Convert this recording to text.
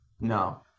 no